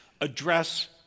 address